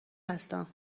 هستم